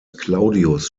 claudius